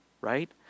Right